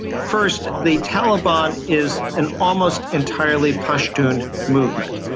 first, the taliban is an almost entirely pashtun movement,